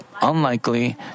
unlikely